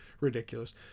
ridiculous